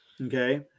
okay